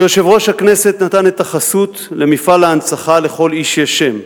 כיושב-ראש הכנסת נתן את החסות למפעל ההנצחה "לכל איש יש שם",